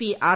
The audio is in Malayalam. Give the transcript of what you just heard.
P R